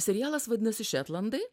serialas vadinasi šetlandai